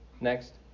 next